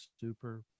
super